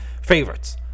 favorites